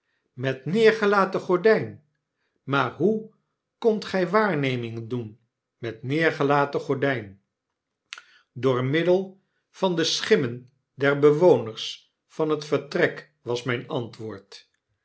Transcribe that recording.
met neergelaten gordijn maar hoe kondt gy waarnemingen doen met neergelaten gordyn p door middel van de schimmen der bewoners van het vertrek was myn antwoord